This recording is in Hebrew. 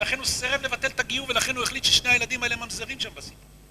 ולכן הוא סרב לבטל את הגיור, ולכן הוא החליט ששני הילדים האלה הם ממזריים שם בסיפור.